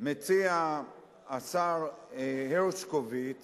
מציע השר הרשקוביץ